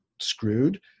screwed